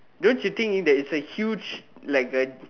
don't you think that is a huge like a